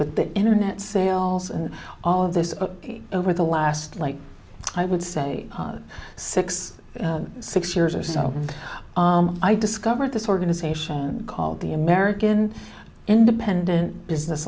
but the internet sales and all of this over the last like i would say six six years or so i discovered this organization called the american independent business